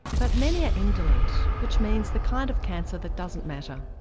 but many are indolent which means the kind of cancer that doesn't matter.